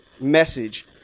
message